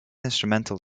instrumental